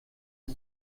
das